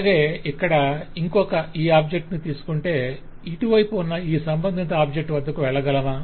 అలాగే ఇక్కడ ఇంకొక ఈ ఆబ్జెక్ట్ ను తీసుకొంటే ఇటువైపు ఉన్న ఈ సంబంధిత ఆబ్జెక్ట్ వద్దకు వెళ్లగలమా